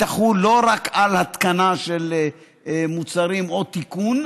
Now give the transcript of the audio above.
תחול לא רק על התקנה של מוצרים או תיקון